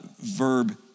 verb